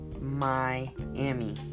Miami